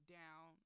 down